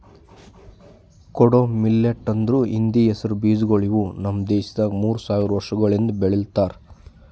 ಕೊಡೋ ಮಿಲ್ಲೆಟ್ ಅಂದುರ್ ಹಿಂದಿ ಹೆಸರು ಬೀಜಗೊಳ್ ಇವು ನಮ್ ದೇಶದಾಗ್ ಮೂರು ಸಾವಿರ ವರ್ಷಗೊಳಿಂದ್ ಬೆಳಿಲಿತ್ತಾರ್